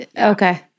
Okay